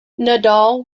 nadal